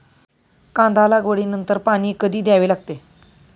कांदा लागवडी नंतर पाणी कधी द्यावे लागते?